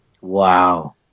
Wow